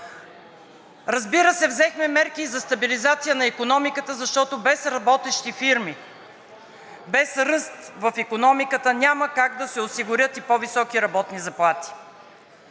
Разбира се, взехме мерки и за стабилизация на икономиката, защото без работещи фирми, без ръст в икономиката няма как да се осигурят и по-високи работни заплати.